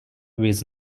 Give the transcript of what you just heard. with